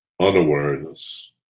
unawareness